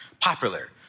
popular